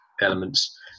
elements